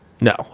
No